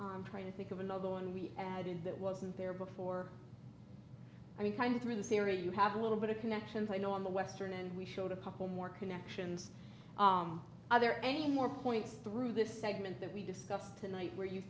i'm trying to think of another one we add in that wasn't there before i mean kind of through the series you have a little bit of a connection point on the western and we showed a couple more connections are there any more points through this segment that we discussed tonight where you